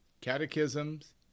catechisms